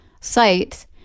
site